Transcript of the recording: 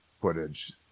footage